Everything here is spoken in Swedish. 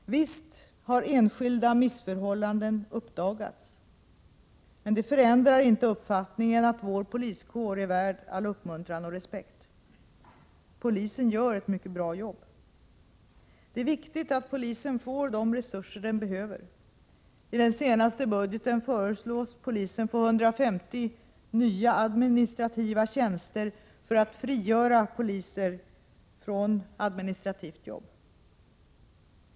Visst har enskilda missförhållanden uppdagats, men det förändrar inte uppfattningen att vår poliskår är värd all uppmuntran och respekt. Polisen gör ett mycket bra jobb. Det är viktigt att polisen får de resurser den behöver. I den senaste budgeten föreslås polisen få 150 nya administrativa tjänster för att frigöra poliser från administrativa jobb.